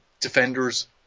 Defenders